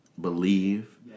Believe